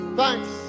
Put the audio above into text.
thanks